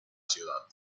ciudad